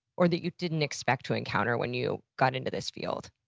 or that you didn't expect to encounter when you got into this field,